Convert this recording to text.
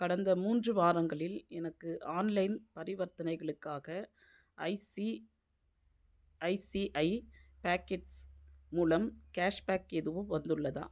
கடந்த மூன்று வாரங்களில் எனக்கு ஆன்லைன் பரிவர்த்தனைகளுக்காக ஐசிஐசிஐ பாக்கெட்ஸ் மூலம் கேஷ் பேக் எதுவும் வந்துள்ளதா